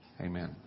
Amen